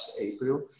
April